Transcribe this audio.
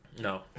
No